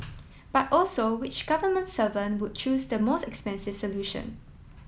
but also which government servant would choose the most expensive solution